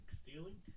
stealing